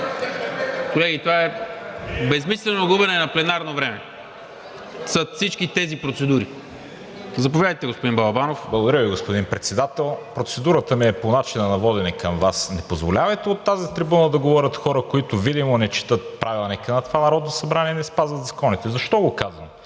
Колеги, това е безсмислено губене на пленарно време с всички тези процедури. Заповядайте, господин Балабанов. СТАНИСЛАВ БАЛАБАНОВ (ИТН): Благодаря Ви, господин Председател. Процедурата ми е по начина на водене към Вас. Не позволявайте от тази трибуна да говорят хора, които видимо не четат Правилника на това Народно събрание и не спазват законите. Защо го казвам?